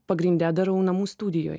pagrinde darau namų studijoj